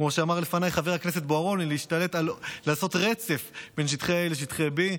כמו שאמר לפניי חבר הכנסת בוארון: לעשות רצף בין שטחי A לשטחי B,